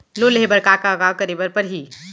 Loan लेहे बर का का का करे बर परहि?